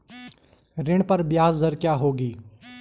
ऋण पर ब्याज दर क्या होगी?